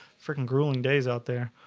freakin grueling days out there